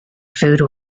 food